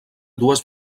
dues